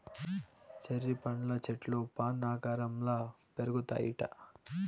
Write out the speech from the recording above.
cherry పండ్ల చెట్లు fan ఆకారంల పెరుగుతాయిట